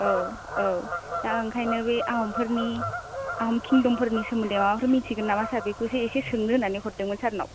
औ औ दा ओंखायनो बे आहमफोरनि आहम किंदमफोरनि सोमोन्दै माबाफोर मिथिगोन नामा सार बेखौसो एसे सोंनो होन्नानै हरदोंमोन सारनाव